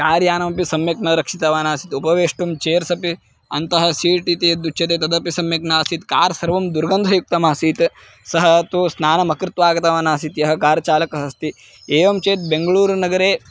car यानमपि सम्यक् न रक्षितवान् आसीत् उपवेष्टुं चेर्स् अपि अन्तः सीट् इति यद् उच्यते तदपि सम्यक् नासीत् कार् सर्वं दुर्गन्धयुक्तमासीत् सः तु स्नानमकृत्वा आगतवान् आसीत् यः कार् चालकः अस्ति एवं चेत् बेङ्ग्ळूरुनगरे